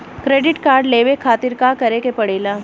Credit card लेवे खातिर का करे के पड़ेला?